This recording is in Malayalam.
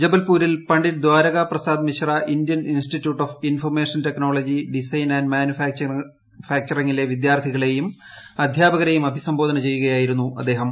ജബൽപൂരിൽ Pandit Dwarka Prasad Mishra Indian institute of information and മാനുഫാക്ചറിംഗ്ലെ പ്പിദ്യാർത്ഥികളേയും അധ്യാപകരേയും അഭിസംബോധന ചെയ്യുകീയ്ടായിരുന്നു അദ്ദേഹം